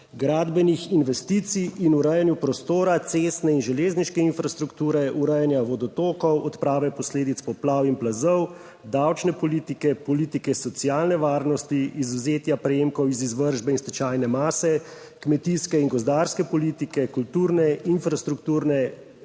gradbenih investicij, in urejanju prostora, cestne in železniške infrastrukture, urejanja vodotokov, odprave posledic poplav in plazov, davčne politike, politike socialne varnosti, izvzetja prejemkov iz izvršbe in stečajne mase, kmetijske in gozdarske politike, kulturne infrastrukturne